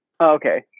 Okay